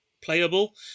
Playable